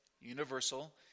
universal